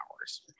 hours